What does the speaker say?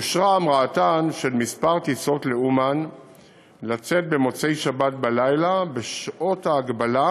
אושרה המראתן של כמה טיסות לאומן במוצאי-שבת בלילה בשעות ההגבלה,